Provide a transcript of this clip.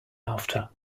after